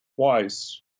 Twice